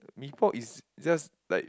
mee-pok is just like